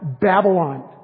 Babylon